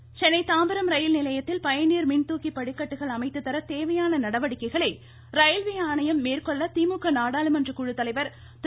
பாலு சென்னை தாம்பரம் ரயில்நிலையத்தில் பயணியர் மின்தூக்கி படிக்கட்டுகள் அமைத்து தர தேவையான நடவடிக்கைகளை ரயில்வே ஆணையம் மேற்கொள் திமுக நாடாளுமன்ற குழு தலைவர் திரு